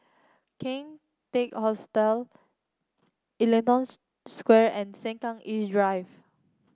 King Teck Hostel Ellington Square and Sengkang East Drive